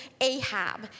Ahab